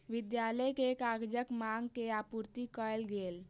विद्यालय के कागजक मांग के आपूर्ति कयल गेल